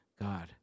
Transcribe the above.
God